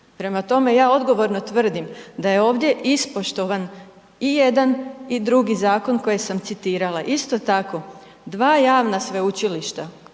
Prema tome, ja odgovorno tvrdim da je ovdje ispoštovan i jedan i drugi zakon koje sam citirala. Isto tako, dva javna sveučilišta,